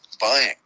buying